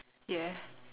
yes